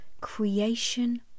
creation